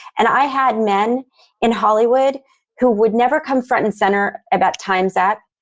and i had men in hollywood who would never come front and center about times up,